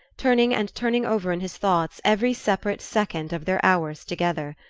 turning and turning over in his thoughts every separate second of their hours together.